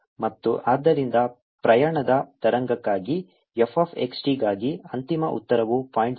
ಮತ್ತು ಆದ್ದರಿಂದ ಪ್ರಯಾಣದ ತರಂಗಕ್ಕಾಗಿ f x t ಗಾಗಿ ಅಂತಿಮ ಉತ್ತರವು 0